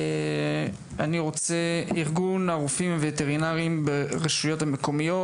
אני רוצה את ארגון הרופאים הווטרינרים ברשויות המקומיות,